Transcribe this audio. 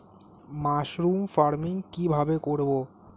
Mushroom farming কি ভাবে করব?